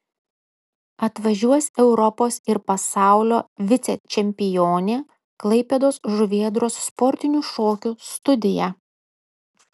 atvažiuos europos ir pasaulio vicečempionė klaipėdos žuvėdros sportinių šokių studija